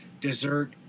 dessert